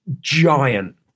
giant